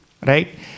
right